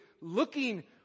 looking